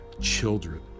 children